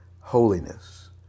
holiness